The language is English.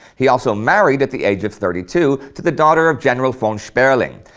he also married at the age of thirty two, to the daughter of general von sperling.